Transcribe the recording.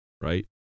right